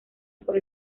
por